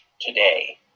today